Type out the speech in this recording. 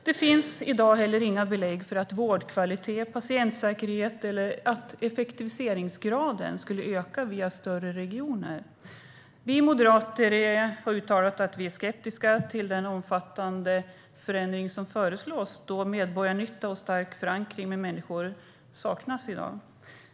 Det finns i dag heller inga belägg för att vårdkvalitet, patientsäkerhet eller effektiviseringsgrad skulle öka med större regioner. Vi moderater har uttalat att vi är skeptiska till den omfattande förändring som föreslås, då medborgarnytta och stark förankring hos människorna i dag saknas.